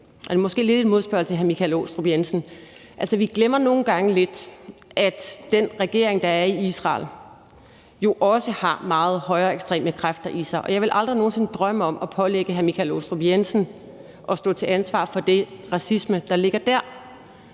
lidt som et modsvar til hr. Michael Aastrup Jensen, at vi nogle gange lidt glemmer, at den regering, der er i Israel, jo også har meget højreekstreme kræfter i sig. Og jeg ville aldrig nogen sinde drømme om at pålægge hr. Michael Aastrup Jensen at stå til ansvar for den racisme, der ligger der.